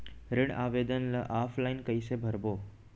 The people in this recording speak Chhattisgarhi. ऋण आवेदन ल ऑफलाइन कइसे भरबो?